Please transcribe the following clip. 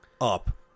up